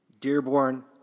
Dearborn